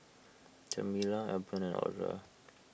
Jamila Albion and Audra